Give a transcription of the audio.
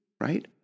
right